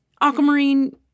Aquamarine